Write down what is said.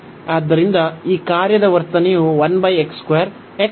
ಆದ್ದರಿಂದ ಈ ಕಾರ್ಯದ ವರ್ತನೆಯು x ∞ ಗೆ ಸಮೀಪಿಸುತ್ತಿದೆ